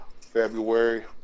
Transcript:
February